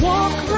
Walk